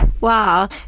Wow